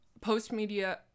post-media